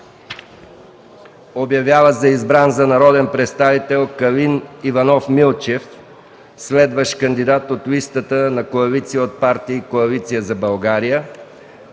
Обявява за избран за народен представител Калин Иванов Милчев, следващ кандидат от листата на КП „Коалиция за България”